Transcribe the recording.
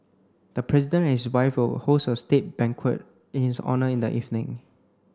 the president and his wife will host a state banquet in his honour in the evening